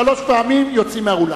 שלוש פעמים, יוצאים מהאולם.